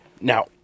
Now